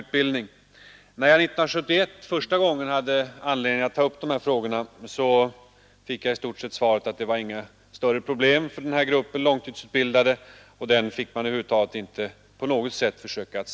När jag 1971 första gången hade anledning att ta upp de här frågorna, fick jag i stort sett det svaret att det inte fanns några problem för gruppen långtidsutbildade och att denna grupp inte på något sätt fick särbehandlas.